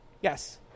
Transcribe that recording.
Yes